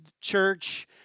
church